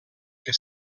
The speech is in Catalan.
que